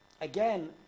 Again